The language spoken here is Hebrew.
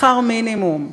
בשכר מינימום,